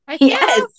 yes